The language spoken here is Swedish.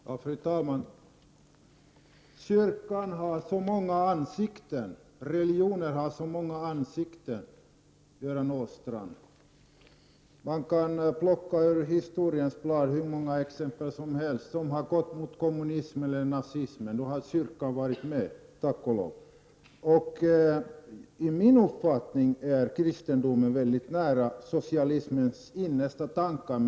Fru talman! Kyrkan har så många ansikten. Religionen har så många ansikten, Göran Åstrand. Man kan ur historiens blad plocka hur många exempel som helst på hur kampen gått mot kommunism eller nazism. Då har kyrkan varit med, tack och lov. Enligt min uppfattning står kristendomen mycket nära socialismens innersta tankar.